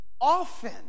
often